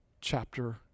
chapter